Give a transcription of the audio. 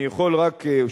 אני יכול שוב,